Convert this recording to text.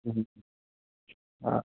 हं हा